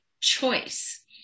choice